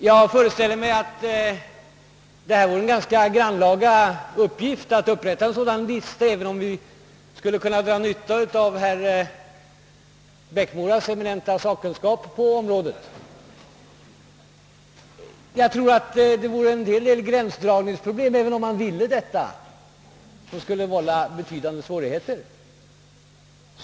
Jag föreställer mig att det vore en ganska grannlaga uppgift att upprätta en sådan lista, även om vi skulle kunna dra nytta av herr Erikssons eminenta sakkunskap på området. Jag tror att det skulle uppkomma en hel del gränsdragningsproblem, som skulle vålla betydande svårigheter.